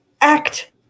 act